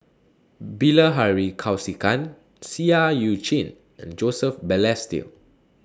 Bilahari Kausikan Seah EU Chin and Joseph Balestier